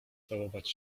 całować